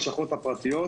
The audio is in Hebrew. הלשכות הפרטיות,